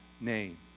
name